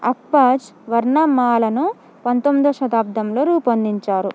అఖ్బాజ్ వర్ణమాలను పంతొమ్మిదో శతాబ్దంలో రూపొందించారు